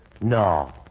No